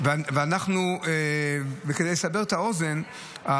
כדי לסבר את האוזן,